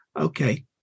okay